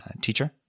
teacher